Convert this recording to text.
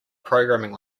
programming